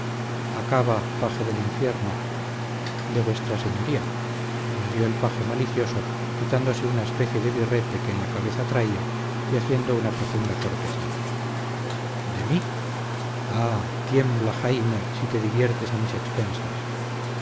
acaba paje del infierno de vuestra señoría añadió el paje malicioso quitándose una especie de birrete que en la cabeza traía y haciendo una profunda cortesía de mí ah tiembla jaime si te diviertes a mis expensas